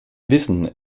wissen